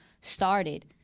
started